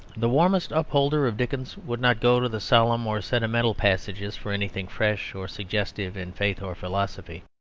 the warmest upholder of dickens would not go to the solemn or sentimental passages for anything fresh or suggestive in faith or philosophy.